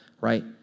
right